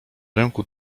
ręku